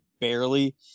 barely